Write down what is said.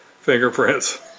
fingerprints